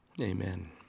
Amen